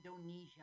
Indonesia